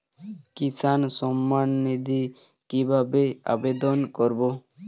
কিষান সম্মাননিধি কিভাবে আবেদন করব?